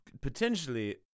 potentially